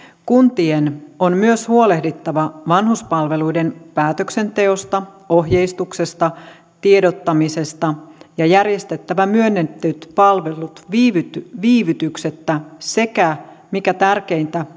kuntien on myös huolehdittava vanhuspalveluiden päätöksenteosta ohjeistuksesta ja tiedottamisesta järjestettävä myönnetyt palvelut viivytyksettä viivytyksettä sekä mikä tärkeintä